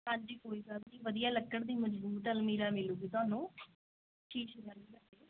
ਹਾਂਜੀ ਕੋਈ ਗੱਲ ਨਹੀਂ ਵਧੀਆ ਲੱਕੜ ਦੀ ਮਜ਼ਬੂਤ ਅਲਮੀਰਾ ਮਿਲੂਗੀ ਤੁਹਾਨੂੰ ਠੀਕ